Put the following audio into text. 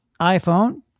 iPhone